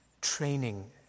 training